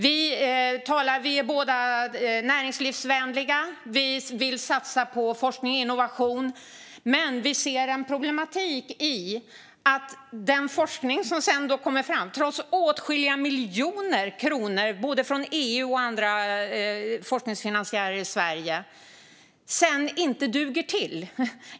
Vi är båda näringslivsvänliga. Vi vill satsa på forskning och innovation. Men vi ser en problematik i att den forskning som sedan kommer fram, trots åtskilliga miljoner kronor från både EU och andra forskningsfinansiärer i Sverige, sedan inte duger till.